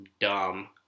dumb